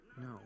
No